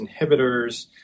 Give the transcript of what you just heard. inhibitors